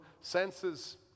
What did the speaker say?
senses